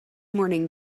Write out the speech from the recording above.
morning